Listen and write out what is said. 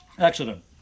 Accident